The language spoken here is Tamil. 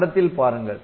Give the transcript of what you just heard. படத்தில் பாருங்கள்